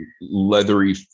leathery